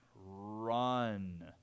run